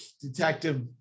detective